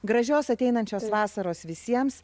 gražios ateinančios vasaros visiems